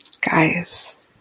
guys